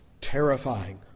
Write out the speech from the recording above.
terrifying